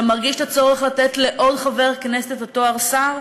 אתה מרגיש צורך לתת לעוד חבר כנסת את התואר שר?